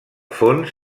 fons